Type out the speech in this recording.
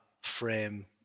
frame